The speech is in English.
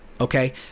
Okay